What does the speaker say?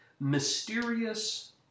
Mysterious